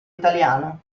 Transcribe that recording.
italiano